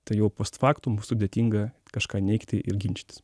tai jau post faktum bus sudėtinga kažką neigti ir ginčytis